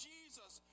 Jesus